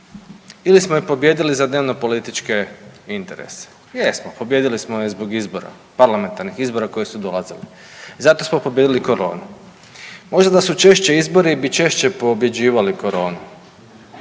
ili smo je pobijedili za dnevnopolitičke interese? Jesmo, pobijedili smo je i zbog izbora, parlamentarnih izbora koji su dolazili zato smo pobijedili koronu. Možda da su češće izbori bi češće pobjeđivali koronu,